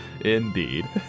indeed